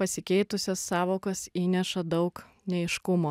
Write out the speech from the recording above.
pasikeitusios sąvokos įneša daug neaiškumo